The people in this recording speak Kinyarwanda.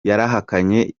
yarahakanye